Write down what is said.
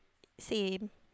seen